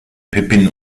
pippin